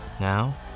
Now